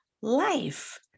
life